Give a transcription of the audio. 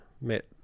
met